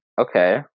Okay